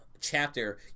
chapter